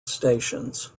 stations